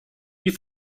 you